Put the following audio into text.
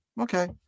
Okay